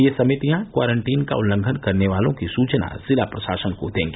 ये समितियां क्वारंटीन का उल्लंघन करने वालों की सूचना जिला प्रशासन को देंगी